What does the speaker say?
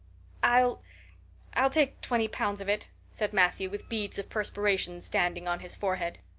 i'll i'll take twenty pounds of it, said matthew, with beads of perspiration standing on his forehead.